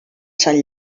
sant